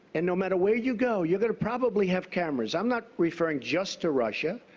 and no matter where you go, you're gonna probably have cameras. i'm not referring just to russia,